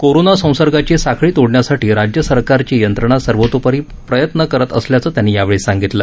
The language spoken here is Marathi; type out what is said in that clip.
कोरोना संसर्गाची साखळी तोडण्यासाठी राज्य सरकारची यंत्रणा सर्वतोपरी पर्यंत करत असल्याचं त्यांनी यावेळी सांगितलं